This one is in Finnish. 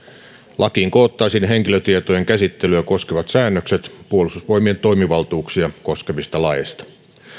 lakiin koottaisiin henkilötietojen käsittelyä koskevat säännökset puolustusvoimien toimivaltuuksia koskevista laeista